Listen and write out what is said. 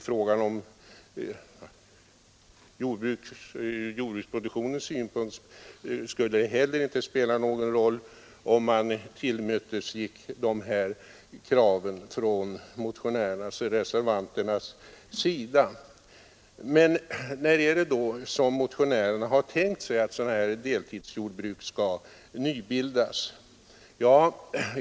Från jordbruksproduktionssynpunkt skulle det heller inte spela någon roll om man tillmötesgick kraven från motionärerna och reservanterna. Under vilka omständigheter är det då motionärerna har tänkt sig att nybilda deltidsjordbruk?